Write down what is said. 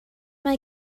mae